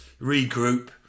regroup